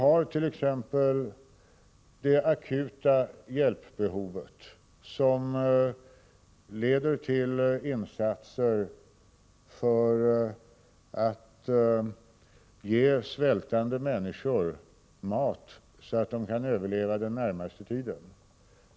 Vi hart.ex. det akuta hjälpbehovet, som leder till insatser för att ge svältande människor mat så att de kan överleva den närmaste tiden.